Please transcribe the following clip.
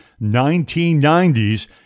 1990s